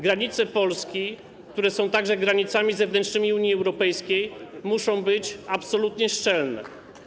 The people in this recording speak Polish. Granice Polski, które są także granicami zewnętrznymi Unii Europejskiej, muszą być absolutnie szczelne.